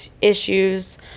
issues